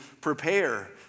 prepare